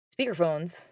speakerphones